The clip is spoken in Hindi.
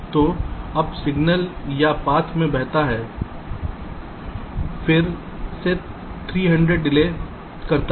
तो अब सिग्नल इस पाथ से बहता है फिर से 300 डिले करता है